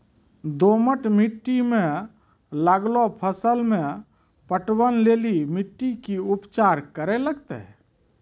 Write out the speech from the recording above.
दोमट मिट्टी मे लागलो फसल मे पटवन लेली मिट्टी के की उपचार करे लगते?